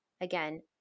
Again